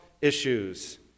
issues